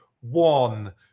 One